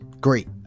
Great